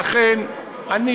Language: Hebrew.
לכן אני,